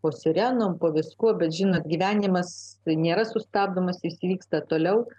po sirenom po visko bet žinot gyvenimas tai nėra sustabdomas jis vyksta toliau